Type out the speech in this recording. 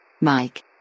Mike